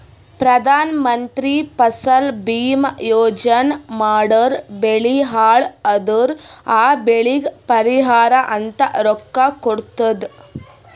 ಪ್ರಧಾನ ಮಂತ್ರಿ ಫಸಲ ಭೀಮಾ ಯೋಜನಾ ಮಾಡುರ್ ಬೆಳಿ ಹಾಳ್ ಅದುರ್ ಆ ಬೆಳಿಗ್ ಪರಿಹಾರ ಅಂತ ರೊಕ್ಕಾ ಕೊಡ್ತುದ್